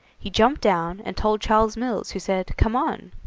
he jumped down, and told charles mills, who said come on.